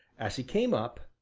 as he came up,